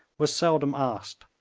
was seldom asked,